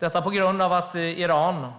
Orsaken är att Iran